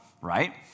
Right